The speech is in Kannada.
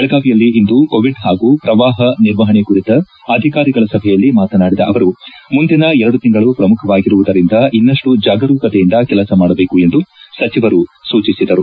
ಬೆಳಗಾವಿಯಲ್ಲಿಂದು ಕೋವಿಡ್ ಹಾಗೂ ಪ್ರವಾಹ ನಿರ್ವಹಣೆ ಕುರಿತ ಅಧಿಕಾರಿಗಳ ಸಭೆಯಲ್ಲಿ ಮಾತನಾಡಿದ ಅವರು ಮುಂದಿನ ಎರಡು ತಿಂಗಳು ಪ್ರಮುಖವಾಗಿರುವುದರಿಂದ ಇನ್ನಷ್ಟು ಜಾಗರೂಕತೆಯಿಂದ ಕೆಲಸ ಮಾಡಬೇಕು ಎಂದು ಸಚಿವರು ಸೂಚನೆ ನೀಡಿದರು